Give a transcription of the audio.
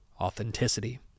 Authenticity